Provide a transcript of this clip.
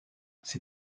ses